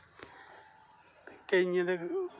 केंइये दे